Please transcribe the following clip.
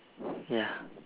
ya